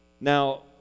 Now